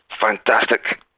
fantastic